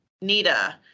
Nita